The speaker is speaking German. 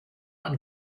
man